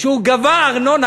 שהוא גבה ארנונה,